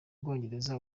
bwongereza